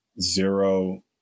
zero